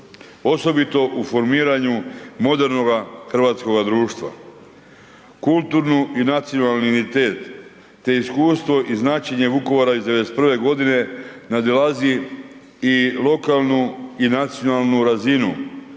osobito u formiranju modernoga hrvatskoga društva, kulturni i nacionalni identitet te iskustvo i značenje Vukovara iz '91. godine nadilazi i lokalnu i nacionalnu razinu